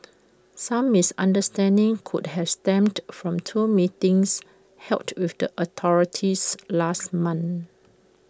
some misunderstanding could have stemmed from two meetings held with the authorities last month